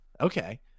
Okay